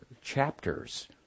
chapters